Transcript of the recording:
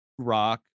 rock